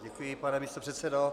Děkuji, pane místopředsedo.